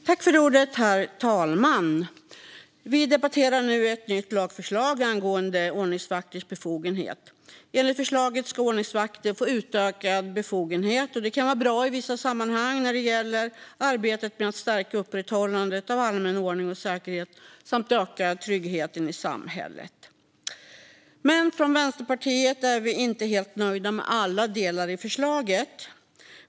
Herr talman! Vi debatterar nu ett nytt lagförslag angående ordningsvakters befogenheter. Enligt förslaget ska ordningsvakter få utökade befogenheter. Det kan vara bra i vissa sammanhang när det gäller arbetet med att stärka upprätthållandet av allmän ordning och säkerhet samt öka tryggheten i samhället. Men vi i Vänsterpartiet är inte helt nöjda med alla delar i förslaget.